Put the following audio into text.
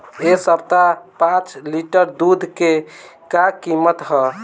एह सप्ताह पाँच लीटर दुध के का किमत ह?